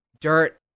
dirt